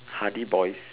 Hardy boys